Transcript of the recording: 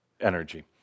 energy